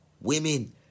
women